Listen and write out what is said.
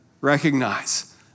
recognize